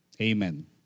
Amen